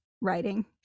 writing